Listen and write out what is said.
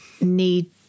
need